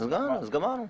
אז די, גמרנו.